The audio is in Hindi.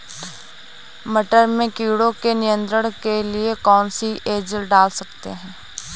मटर में कीटों के नियंत्रण के लिए कौन सी एजल डाल सकते हैं?